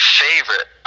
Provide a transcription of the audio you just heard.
favorite